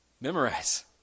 Memorize